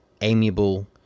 amiable